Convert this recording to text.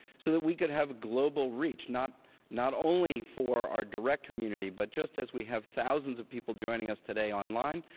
so that we could have global reach, not not only for our direct community. but just as we have thousands of people joining us today online,